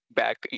back